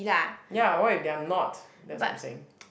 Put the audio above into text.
ya what if they're not that's what I'm saying